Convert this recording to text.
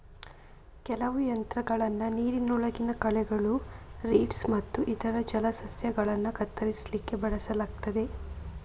ಕೆಲವು ಯಂತ್ರಗಳನ್ನ ನೀರಿನೊಳಗಿನ ಕಳೆಗಳು, ರೀಡ್ಸ್ ಮತ್ತು ಇತರ ಜಲಸಸ್ಯಗಳನ್ನ ಕತ್ತರಿಸ್ಲಿಕ್ಕೆ ಬಳಸಲಾಗ್ತದೆ